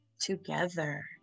together